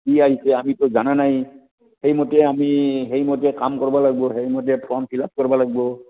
কি আহিছে আমিটো জনা নাই সেইমতে আমি সেইমতে কাম কৰিব লাগিব সেইমতে ফৰ্ম ফিল আপ কৰিব লাগিব